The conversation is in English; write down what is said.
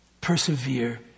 persevere